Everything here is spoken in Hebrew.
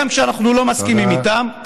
גם כשאנחנו לא מסכימים איתם,